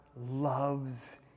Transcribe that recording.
loves